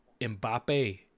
Mbappe